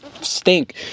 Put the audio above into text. Stink